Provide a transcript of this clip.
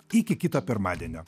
iki kito pirmadienio